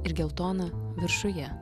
ir geltona viršuje